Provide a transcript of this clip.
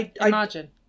Imagine